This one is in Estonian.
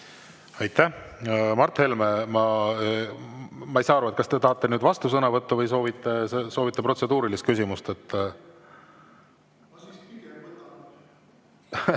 Aitäh! Mart Helme, ma ei saa aru, kas te tahate nüüd vastusõnavõttu või soovite protseduurilist küsimust. (Mart Helme vastab